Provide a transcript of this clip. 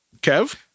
Kev